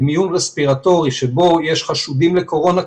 כמיון רספירטורי שבו יש חשודים לקורונה,